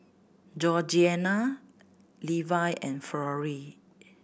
Georgianna Levi and Florrie